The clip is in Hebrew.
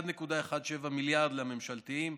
1.17 מיליארד לממשלתיים,